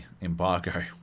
embargo